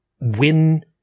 win